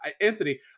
anthony